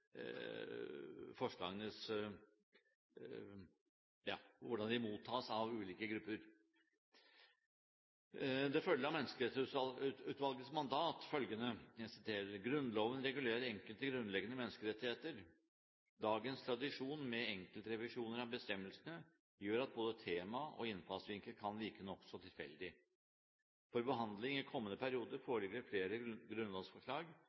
hvordan forslagene mottas av ulike grupper. Det foreligger fra Menneskerettighetsutvalgets mandat følgende: «Grunnloven regulerer enkelte grunnleggende menneskerettigheter. Dagens tradisjon med enkeltrevisjoner av bestemmelser gjør at både tema og innfallsvinkel kan virke nokså tilfeldig. For behandling i kommende periode foreligger det flere grunnlovsforslag